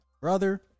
brother